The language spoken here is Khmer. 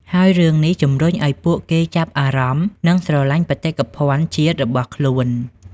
ហើយរឿងនេះជំរុញឱ្យពួកគេចាប់អារម្មណ៍និងស្រឡាញ់បេតិកភណ្ឌជាតិរបស់ខ្លួន។